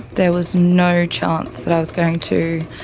there was no chance that i was going to